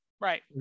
Right